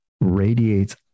radiates